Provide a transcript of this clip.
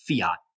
fiat